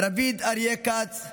רביד אריה כץ,